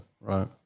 Right